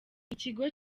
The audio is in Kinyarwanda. ikigo